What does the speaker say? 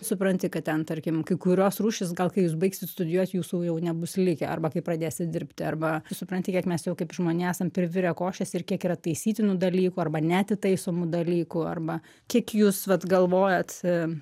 supranti kad ten tarkim kai kurios rūšys gal kai jūs baigsit studijuot jūsų jau nebus likę arba kai pradėsit dirbti arba tu supranti kiek mes jau kaip žmonija esam privirę košės ir kiek yra taisytinų dalykų arba neatitaisomų dalykų arba kiek jūs vat galvojat